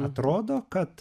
atrodo kad